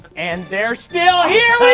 and they're still here.